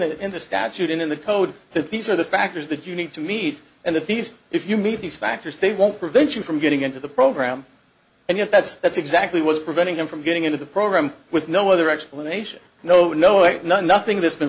in the statute in the code that these are the factors that you need to meet and that these if you meet these factors they won't prevent you from getting into the program and yet that's that's exactly what's preventing them from getting into the program with no other explanation no knowing no nothing that's been